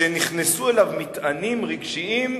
שנכנסו אליו מטענים רגשיים.